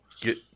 Get